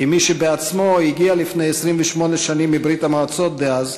כמי שבעצמו הגיע לפני 28 שנים מברית-המועצות דאז,